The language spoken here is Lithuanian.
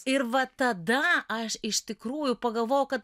ir va tada aš iš tikrųjų pagalvojau kad